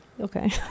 Okay